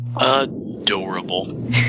Adorable